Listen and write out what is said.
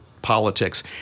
politics